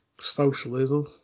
socialism